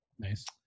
Nice